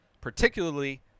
particularly